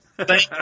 Thank